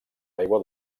aigua